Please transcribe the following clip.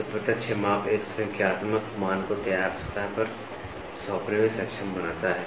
तो प्रत्यक्ष माप एक संख्यात्मक मान को तैयार सतह पर सौंपने में सक्षम बनाता है